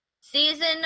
season